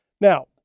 Now